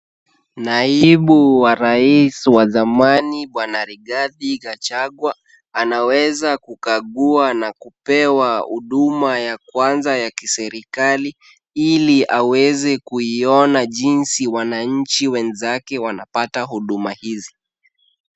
Naibu wa rais wa zamani bwana Rigathi Gachagua, anaweza kukagua na kupewa huduma ya kwanza ya kiserikali, ili aweze kuiona jinsi wananchi wenzake wanapata huduma hizi.